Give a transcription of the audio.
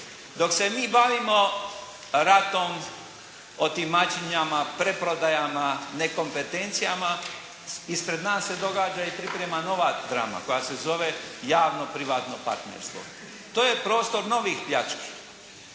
Dok se mi bavimo ratom, otimačinama, preprodajama, nekompetencijama ispred nas se događa i priprema nova drama koja se zove javno privatno partnerstvo. To je prostor novih pljački.